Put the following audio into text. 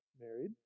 married